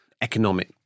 economic